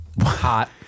hot